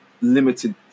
limited